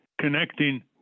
connecting